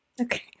Okay